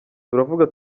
turavuga